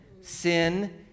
Sin